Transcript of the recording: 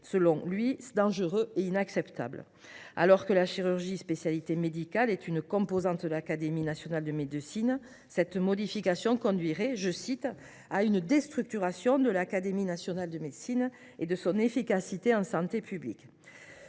serait dangereux et inacceptable. Alors que la chirurgie – spécialité médicale – est une composante de l’Académie nationale de médecine, il estime que cette modification conduirait « à une déstructuration de l’Académie nationale de médecine et de son efficacité en santé publique ».